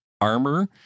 armor